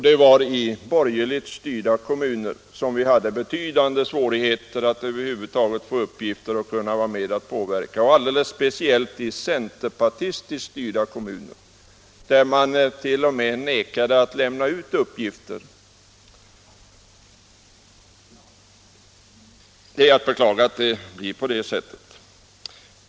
Det var i borgerligt styrda kommuner som vi hade betydande svårigheter att över huvud taget få uppgifter och vara med och påverka — och alldeles speciellt i centerpartistiskt styrda kommuner, där man t.o.m. nekade att lämna ut uppgifter. Det är att beklaga att det blev på det sättet.